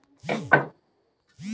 उनके भाड़ा पर भी यंत्र दिहल जाला